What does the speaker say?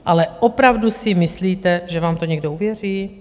Ale opravdu si myslíte, že vám to někdo uvěří?